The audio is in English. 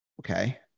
okay